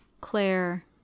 claire